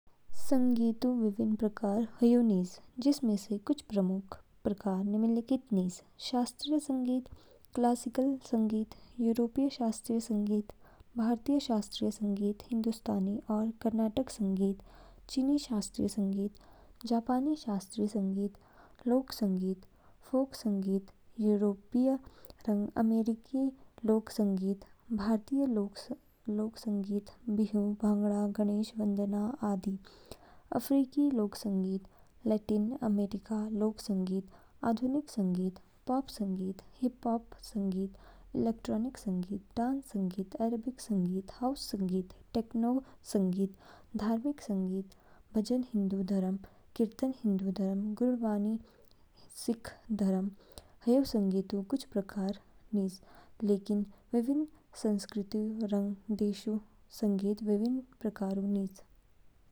संगीतऊ विभिन्न प्रकार हयू निज जिनमें से कुछ प्रमुख प्रकार निम्नलिखित निज। शास्त्रीय संगीत, क्लासिकल संगीत, यूरोपीय शास्त्री य संगीत। भारतीय शास्त्रीय संगीत हिंदुस्तानी और कर्नाटक संगीत। चीनी शास्त्रीय संगीत, जापानी शास्त्रीय संगीत, लोक संगीत। फोक संगीत यूरोपीय रंग अमेरिकी लोक संगीत। भारतीय लोक संगीत बिहू, भांगड़ा, गणेश वंदना आदि अफ्रीकी लोक संगीत, लैटिन अमेरिकी लोक संगीत। आधुनिक संगीत, पॉप संगीत, हिप-हॉप संगीत। इलेक्ट्रॉनिक संगीत, डांस संगीत, आरएंडबी संगीत, हाउस संगीत। टेक्नो संगीत, धार्मिक संगीत, भजन, हिंदू धर्म कीर्तन, हिंदू धर्म, गुरबाणी, सिख धर्म। ह्यू संगीतऊ कुछ प्रमुख प्रकार निज लेकिन विभिन्न संस्कृतियों रंग देशों में संगीतऊ विभिन्न प्रकार निज।